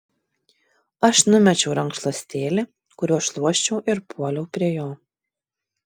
aš numečiau rankšluostėlį kuriuo šluosčiau ir puoliau prie jo